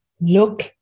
look